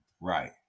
Right